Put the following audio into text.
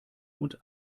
und